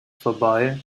vorbei